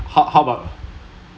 how how about